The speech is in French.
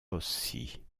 rossi